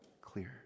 clear